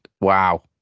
Wow